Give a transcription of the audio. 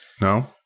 No